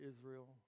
Israel